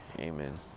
Amen